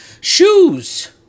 shoes